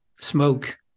smoke